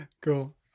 Cool